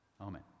Amen